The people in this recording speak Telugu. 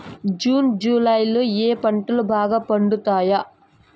జూన్ జులై లో ఏ పంటలు బాగా పండుతాయా?